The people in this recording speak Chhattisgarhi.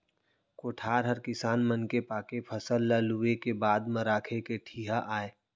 कोठार हर किसान मन के पाके फसल ल लूए के बाद म राखे के ठिहा आय